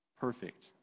perfect